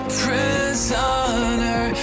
prisoner